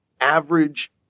average